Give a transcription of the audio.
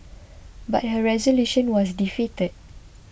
but her resolution was defeated